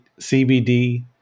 CBD